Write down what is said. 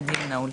הדיון נעול.